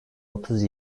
otuz